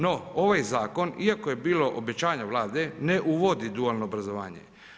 No, ovaj Zakon, iako je bilo obećanja Vlade, ne uvodi dualno obrazovanje.